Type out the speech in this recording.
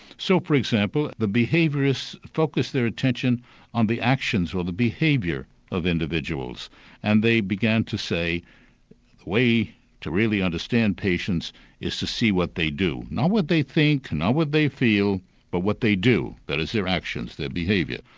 so for example the behaviourists focussed their attention on the actions or the behaviour of individuals and they began to say the way to really understand patients is to see what they do. not what they think, not what they feel but what they do, that is their actions, their behaviour.